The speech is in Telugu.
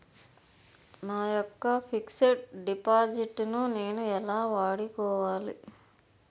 నా యెక్క ఫిక్సడ్ డిపాజిట్ ను నేను ఎలా వాడుకోవాలి?